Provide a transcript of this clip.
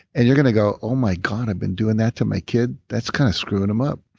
and you're going to go, oh my god! i've been doing that to my kid. that's kind of screwed them up.